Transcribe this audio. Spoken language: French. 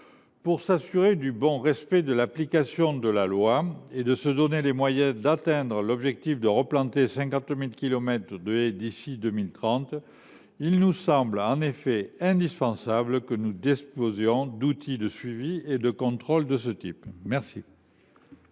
Pour s’assurer du bon respect de l’application de la loi et se donner les moyens d’atteindre l’objectif de replanter 50 000 kilomètres de haies d’ici à 2030, il semble en effet indispensable de disposer d’outils de suivi et de contrôle de ce type. Quel